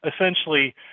essentially